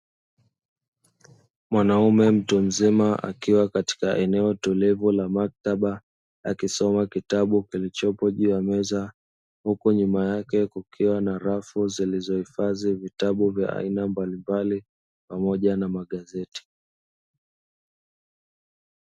Mwanaume mtu mzima akiwa katika eneo tulivu la maktaba akisoma akisoma kitabu kilichopo juu ya meza, huku nyuma yake kukiwa na rafu zilizohifadhi vitabu vya aina mbalimbali pamoja na magezeti.